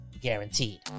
Guaranteed